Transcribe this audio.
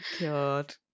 God